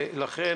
ולכן,